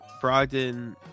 Brogdon